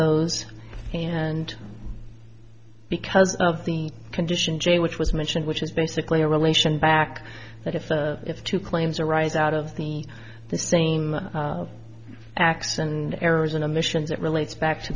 those and because of the condition j which was mentioned which is basically a relation back that if the if two claims arise out of the the same acts and errors and omissions it relates back to